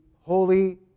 holy